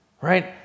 Right